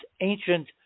ancient